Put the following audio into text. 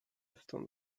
stąd